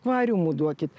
akvariumų duokit